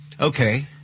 Okay